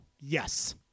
Yes